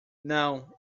não